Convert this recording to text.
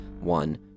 one